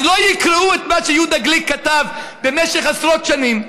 אז לא יקראו את מה שיהודה גליק כתב במשך עשרות שנים,